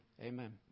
amen